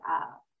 up